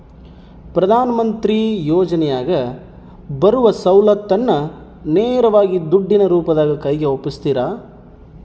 ಪ್ರಧಾನ ಮಂತ್ರಿ ಯೋಜನೆಯಾಗ ಬರುವ ಸೌಲತ್ತನ್ನ ನೇರವಾಗಿ ದುಡ್ಡಿನ ರೂಪದಾಗ ಕೈಗೆ ಒಪ್ಪಿಸ್ತಾರ?